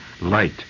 light